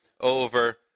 over